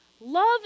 Love